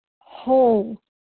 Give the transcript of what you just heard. whole